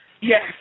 Yes